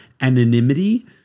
anonymity